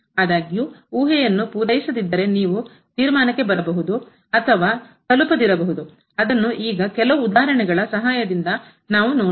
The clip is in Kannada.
ಆದಾಗ್ಯೂ ಊಹೆಯನ್ನು ಪೂರೈಸದಿದ್ದರೆ ನೀವು ತೀರ್ಮಾನಕ್ಕೆ ಬರಬಹುದು ಅಥವಾ ತಲುಪದಿರಬಹುದು ಅದನ್ನುಈಗ ಕೆಲವು ಉದಾಹರಣೆಗಳ ಸಹಾಯದಿಂದ ನಾವು ನೋಡುವ